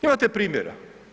Imate primjera.